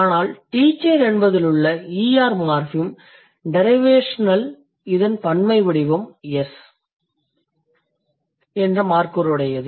ஆனால் teacher என்பதில் உள்ள er மார்ஃபிம் டிரைவேஷனல் இதன் பன்மை வடிவம் -s என்ற மார்க்கர் உடையது